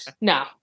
No